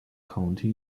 county